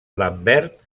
lambert